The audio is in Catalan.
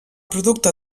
producte